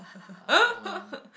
uh oh well